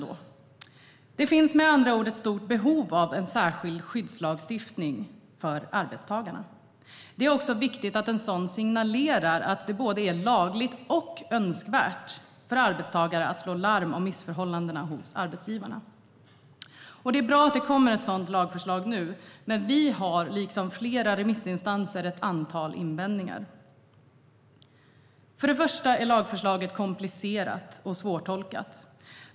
Det finns med andra ord ett stort behov av en särskild skyddslagstiftning för arbetstagarna. Det är också viktigt att en sådan signalerar att det både är lagligt och önskvärt att arbetstagare slår larm om missförhållanden hos arbetsgivarna. Det är bra att ett sådant lagförslag kommer nu. Men vi, liksom flera remissinstanser, har ett antal invändningar. För det första är lagförslaget komplicerat och svårtolkat.